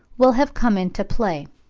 will have come into play.